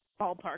ballpark